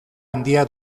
handia